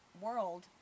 world